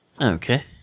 Okay